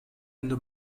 ende